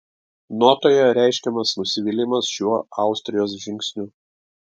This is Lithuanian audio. notoje reiškiamas nusivylimas šiuo austrijos žingsniu